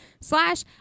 slash